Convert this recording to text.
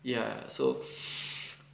ya so